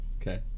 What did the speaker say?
Okay